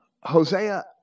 Hosea